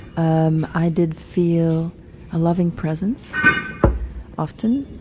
um i did feel a loving presence often.